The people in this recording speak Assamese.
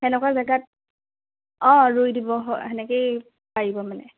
সেনেকুৱা জেগাত অ ৰুই দিব হয় সেনেকৈয়ে পাৰিব মানে